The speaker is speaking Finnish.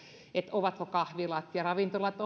ovatko kahvilat ja ravintolat